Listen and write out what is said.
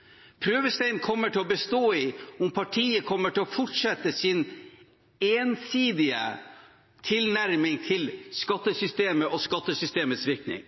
prøvestein på Arbeiderpartiet. Prøvesteinen kommer til å bestå i om partiet kommer til å fortsette sin ensidige tilnærming til skattesystemet og skattesystemets virkning.